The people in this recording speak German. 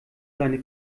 seine